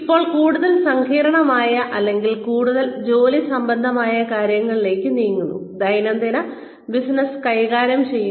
ഇപ്പോൾ കൂടുതൽ സങ്കീർണ്ണമായ അല്ലെങ്കിൽ കൂടുതൽ ജോലി സംബന്ധമായ കാര്യങ്ങളിലേക്ക് നീങ്ങുന്നു ദൈനംദിന ബിസിനസ്സ് കൈകാര്യം ചെയ്യുന്നു